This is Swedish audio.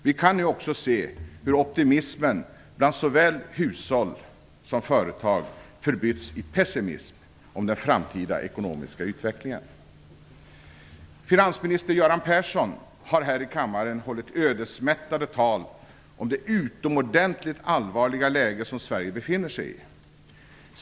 Vi kan nu också se hur optimismen bland såväl hushåll som företag förbytts i pessimism om den framtida ekonomiska utvecklingen. Finansminister Göran Persson har här i kammaren hållit ödesmättade tal om det utomordentligt allvarliga läge som Sverige befinner sig i.